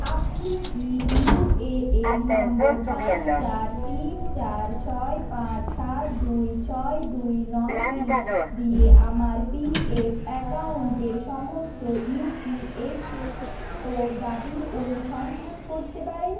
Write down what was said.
আপনি কি ইউএএন নম্বর পাঁচ চার তিন চার ছয় পাঁচ সাত দুই ছয় দুই নয় তিন দিয়ে আমার পিএফ অ্যাকাউন্টে সমস্ত ইউপিএফ ও দাবির অনুসন্ধান করতে পারেন